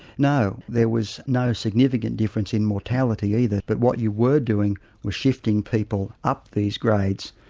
no, there was no significant difference in mortality either but what you were doing was shifting people up these grades.